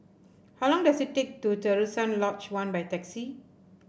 how long does it take to Terusan Lodge One by taxi